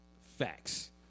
Facts